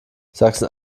sachsen